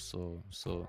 su su